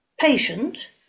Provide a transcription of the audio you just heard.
patient